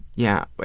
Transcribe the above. yeah. but